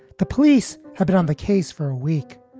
the police had been on the case for a week,